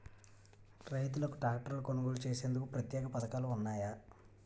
రైతులకు ట్రాక్టర్లు కొనుగోలు చేసేందుకు ప్రత్యేక పథకాలు ఉన్నాయా?